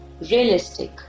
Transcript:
realistic